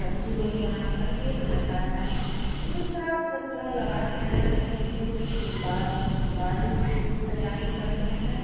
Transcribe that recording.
सब्ज़ी और बनाकर के खाते हैं तो दूसरी फसलें लगाते हैं उसको फिर बा बाड़ी खेत तैयारी करते हैं